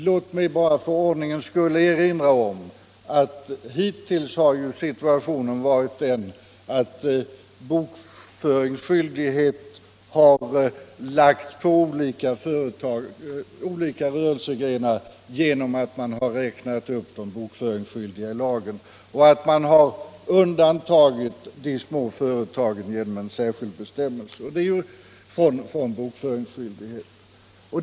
Låt mig bara för ordningens skull erinra om att enligt gällande rätt bokföringsskyldighet har lagts på olika företag och olika rörelsegrenar genom att de bokföringsskyldiga räknats upp i lagen och att de små företagen därvid undantagits från bokföringsskyldighet genom en särskild bestämmelse.